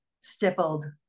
stippled